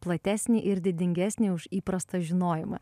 platesnį ir didingesnį už įprastą žinojimą